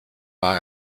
war